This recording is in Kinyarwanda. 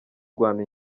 rwanda